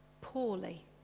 poorly